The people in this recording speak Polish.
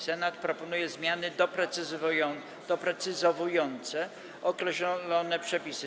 Senat proponuje zmiany doprecyzowujące określone przepisy.